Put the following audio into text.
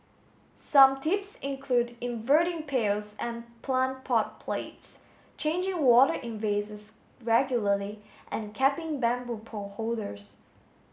some tips include inverting pails and plant pot plates changing water in vases regularly and capping bamboo pole holders